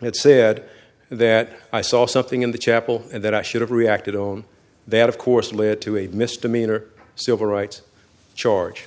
and said that i saw something in the chapel and that i should have reacted on that of course led to a misdemeanor civil rights charge